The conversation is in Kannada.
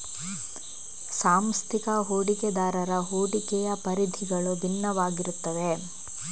ಸಾಂಸ್ಥಿಕ ಹೂಡಿಕೆದಾರರ ಹೂಡಿಕೆಯ ಪರಿಧಿಗಳು ಭಿನ್ನವಾಗಿರುತ್ತವೆ